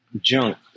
junk